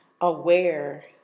aware